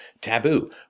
Taboo